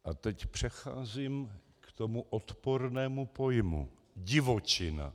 A teď přecházím k tomu odpornému pojmu divočina.